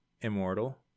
immortal